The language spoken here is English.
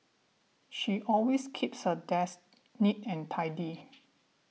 she always keeps her desk neat and tidy